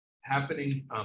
happening